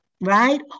right